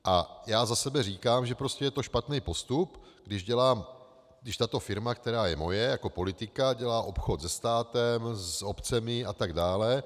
A já za sebe říkám, že je to špatný postup, když dělám, když tato firma, která je moje jako politika, dělá obchod se státem, s obcemi atd.